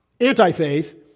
anti-faith